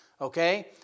Okay